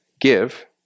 give